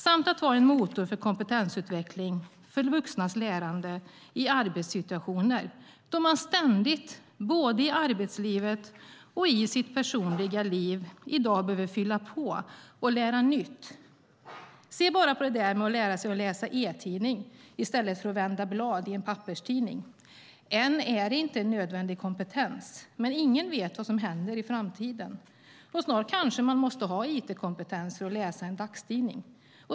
Den är en motor för kompetensutveckling för vuxnas lärande i arbetssituationer då människor ständigt både i arbetslivet och i sitt personliga liv i dag behöver fylla på och lära nytt. Se bara till detta med att lära sig läsa e-tidning i stället för att vända blad i en papperstidning. Än är det inte en nödvändig kompetens. Men ingen vet vad som händer i framtiden. Snart kanske man måste ha it-kompetens för att läsa en dagstidning.